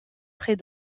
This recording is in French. très